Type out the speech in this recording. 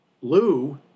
Lou